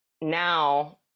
now